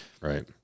right